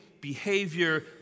behavior